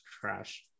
trash